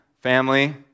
Family